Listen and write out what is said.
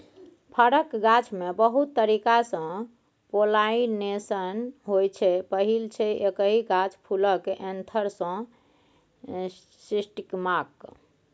फरक गाछमे बहुत तरीकासँ पोलाइनेशन होइ छै पहिल छै एकहि गाछ फुलक एन्थर सँ स्टिगमाक